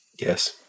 Yes